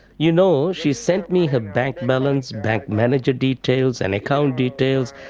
you know she sent me her bank balance, bank manager details, and account details,